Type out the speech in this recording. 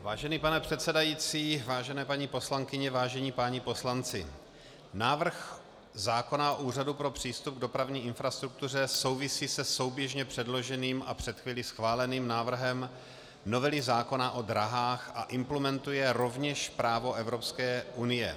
Vážený pane předsedající, vážené paní poslankyně, vážení páni poslanci, návrh zákona o Úřadu pro přístup k dopravní infrastruktuře souvisí se souběžně předloženým a před chvílí schváleným návrhem novely zákona o dráhách a implementuje rovněž právo Evropské unie.